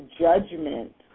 judgment